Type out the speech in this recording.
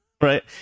Right